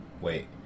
Wait